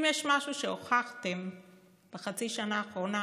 אם יש משהו שהוכחתם בחצי השנה האחרונה